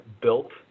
built